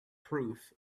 proof